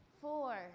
four